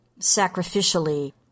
sacrificially